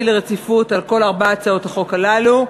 רציפות על כל ארבע הצעות החוק האלה.